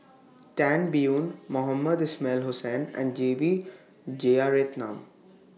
Tan Biyun Mohamed Ismail Hussain and J B Jeyaretnam